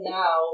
now